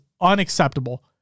unacceptable